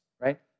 Right